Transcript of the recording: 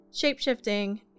shapeshifting